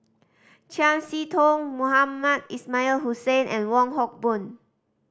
Chiam See Tong Mohamed Ismail Hussain and Wong Hock Boon